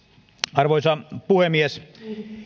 arvoisa puhemies